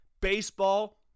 baseball